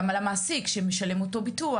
גם על המעסיק שמשלם אותו ביטוח,